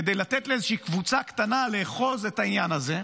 כדי לתת לאיזושהי קבוצה קטנה לאחוז את העניין הזה,